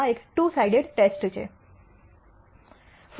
તેથી આ એક ટૂ સાઇડેડ ટેસ્ટ છે